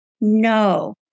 No